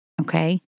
okay